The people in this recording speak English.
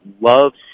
loves